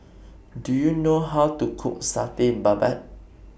Do YOU know How to Cook Satay Babat